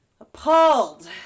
Appalled